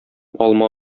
алма